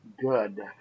good